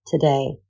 today